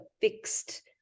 fixed